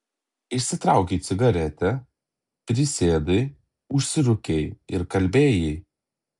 išsitraukei cigaretę prisėdai užsirūkei ir kalbėjai